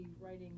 writing